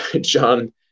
John